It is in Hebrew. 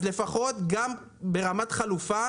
אז לפחות גם ברמת חלופה,